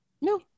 No